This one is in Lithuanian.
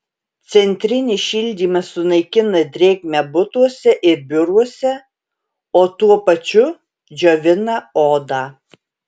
centrinis šildymas sunaikina drėgmę butuose ir biuruose o tuo pačiu džiovina odą